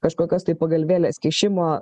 kažkokios tai pagalvėlės kišimo